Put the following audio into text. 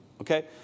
Okay